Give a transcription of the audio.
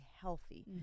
healthy